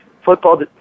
football